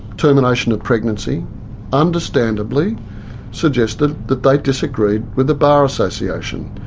termination of pregnancy understandably suggested that they disagreed with the bar association.